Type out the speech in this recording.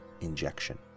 injection